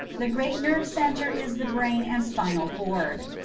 the great nerve centre is the brain and spinal cord.